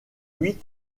huit